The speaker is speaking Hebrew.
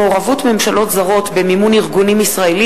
אדוני,